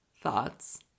thoughts